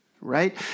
Right